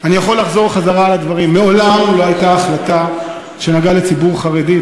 אני יכול לחזור שוב על הדברים: מעולם לא הייתה החלטה שנגעה לציבור חרדי.